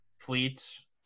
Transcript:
fleets